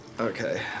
Okay